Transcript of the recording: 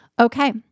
Okay